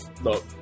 look